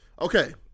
Okay